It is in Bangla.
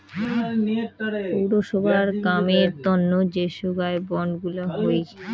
পৌরসভার কামের তন্ন যে সোগায় বন্ড গুলা হই